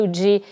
de